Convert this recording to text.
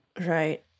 Right